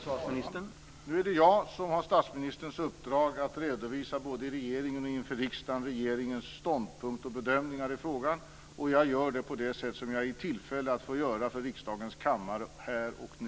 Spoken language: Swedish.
Herr talman! Nu är det jag som har statsministerns uppdrag att redovisa både i regeringen och inför riksdagen regeringens ståndpunkt och bedömningar i frågan. Jag gör det på det sätt som jag är i tillfälle att få göra för riksdagens kammare här och nu.